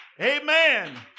Amen